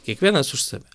kiekvienas už save